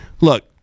Look